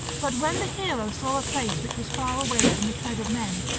but when the hero saw a place which was far away from the tread of men,